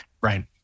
right